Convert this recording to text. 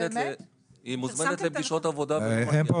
היא מוזמנת לפגישות עבודה והיא לא מגיעה.